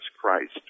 Christ